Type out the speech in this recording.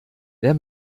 wer